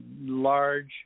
large